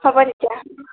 হ'ব তেতিয়া